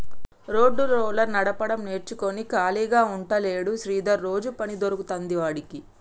road roller నడపడం నేర్చుకుని ఖాళీగా ఉంటలేడు శ్రీధర్ రోజు పని దొరుకుతాంది వాడికి